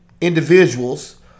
individuals